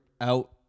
out